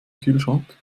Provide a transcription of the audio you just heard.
kühlschrank